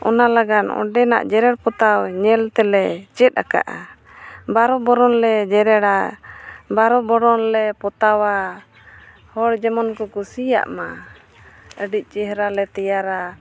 ᱚᱱᱟ ᱞᱟᱹᱜᱤᱫ ᱚᱸᱰᱮ ᱱᱟᱜ ᱡᱮᱨᱮᱲ ᱯᱚᱛᱟᱣ ᱧᱮᱞ ᱛᱮᱞᱮ ᱪᱮᱫ ᱟᱠᱟᱜᱼᱟ ᱵᱟᱨᱳ ᱵᱚᱨᱚᱱᱞᱮ ᱡᱮᱨᱮᱲᱟ ᱵᱟᱨᱳ ᱵᱚᱨᱚᱱᱞᱮ ᱯᱚᱛᱟᱣᱟ ᱦᱚᱲ ᱡᱮᱢᱚᱱ ᱠᱚ ᱠᱩᱥᱤᱭᱟᱜᱼᱢᱟ ᱟᱹᱰᱤ ᱪᱮᱦᱨᱟᱞᱮ ᱛᱮᱭᱟᱨᱟ